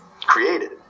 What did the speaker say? created